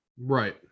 Right